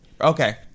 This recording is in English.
Okay